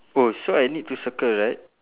oh so I need to circle right